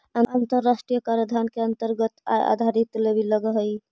अन्तराष्ट्रिय कराधान के अन्तरगत आय आधारित लेवी लगअ हई